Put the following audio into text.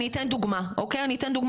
אני אתן דוגמה מהמציאות.